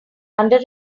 under